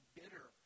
bitter